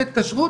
החשובה,